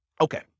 okay